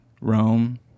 Rome